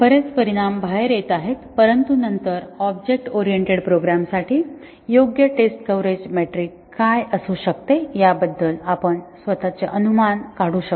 बरेच परिणाम बाहेर येत आहेत परंतु नंतर ऑब्जेक्ट ओरिएंटेड प्रोग्रामसाठी योग्य टेस्ट कव्हरेज मेट्रिक काय असू शकते याबद्दल आपण स्वतःचे अनुमान काढू शकतो